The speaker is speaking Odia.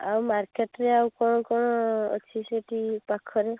ଆଉ ମାର୍କେଟ୍ରେ ଆଉ କ'ଣ କ'ଣ ଅଛି ସେଠି ପାଖରେ